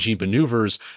maneuvers